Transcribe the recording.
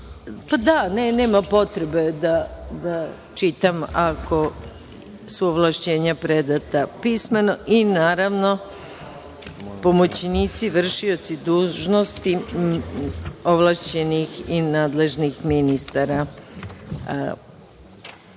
pismeno, nema potrebe da čitam ako su ovlašćenja predata pismeno i naravno pomoćnici, vršioci dužnosti ovlašćenih i nadležnih ministara. Imali